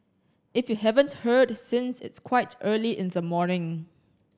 if you haven't heard since it's quite early in the morning